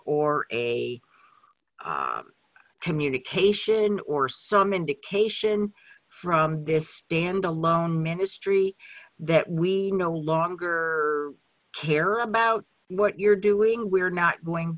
a communication or some indication from this stand alone ministry that we no longer hear about what you're doing we're not going